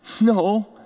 no